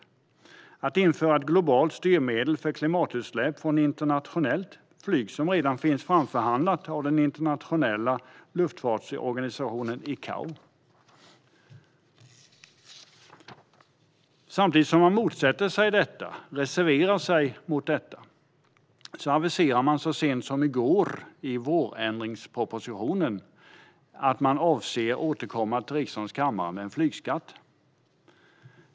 Vidare reserverar man sig mot att införa ett globalt styrmedel för klimatutsläpp från internationellt flyg, som redan finns framförhandlat av den internationella luftfartsorganisationen ICAO. Samtidigt som man reserverar sig mot detta aviserade man så sent som i går i vårändringspropositionen att man avser att återkomma till riksdagens kammare med en flygskatt.